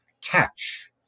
catch